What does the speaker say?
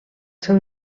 seu